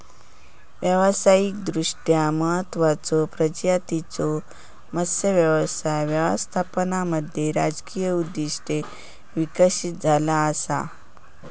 व्यावसायिकदृष्ट्या महत्त्वाचचो प्रजातींच्यो मत्स्य व्यवसाय व्यवस्थापनामध्ये राजकीय उद्दिष्टे विकसित झाला असा